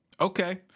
Okay